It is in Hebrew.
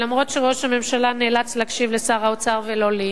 ואף-על-פי שראש הממשלה נאלץ להקשיב לשר האוצר ולא לי,